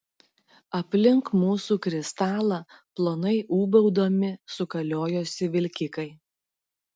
aplink mūsų kristalą plonai ūbaudami sukaliojosi vilkikai